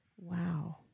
Wow